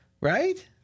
right